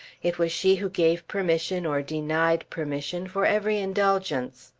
it was she who gave permission or denied permission for every indulgence.